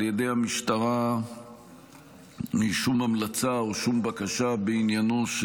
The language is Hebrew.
ידי המשטרה שום המלצה או שם בקשה בעניין של